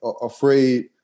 afraid